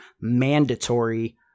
mandatory